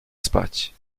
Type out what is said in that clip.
spać